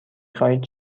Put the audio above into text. خواهید